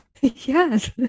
Yes